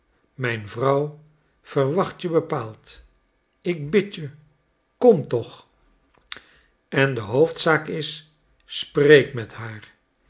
mijn vrouw verwacht je bepaald ik bid je kom toch en de hoofdzaak is spreek met haar